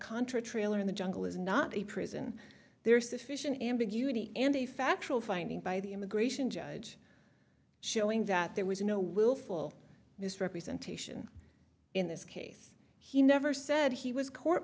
contra trailer in the jungle is not a prison there is sufficient ambiguity and a factual finding by the immigration judge showing that there was no willful misrepresentation in this case he never said he was court